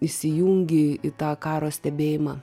įsijungi į tą karo stebėjimą